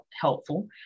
helpful